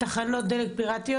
תחנות דלק פיראטיות?